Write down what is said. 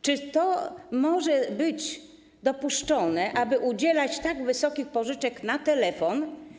Czy może być dopuszczone, aby udzielać tak wysokich pożyczek na telefon?